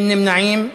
אין נמנעים.